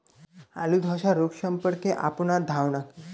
আলু ধ্বসা রোগ সম্পর্কে আপনার ধারনা কী?